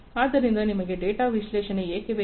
ಆದ್ದರಿಂದ ನಿಮಗೆ ಡೇಟಾ ವಿಶ್ಲೇಷಣೆ ಏಕೆ ಬೇಕು